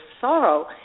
sorrow